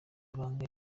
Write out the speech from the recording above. ibanga